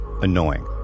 annoying